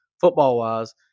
football-wise